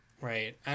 Right